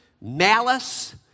malice